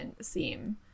seem